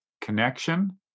connection